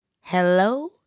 Hello